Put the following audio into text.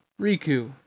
Riku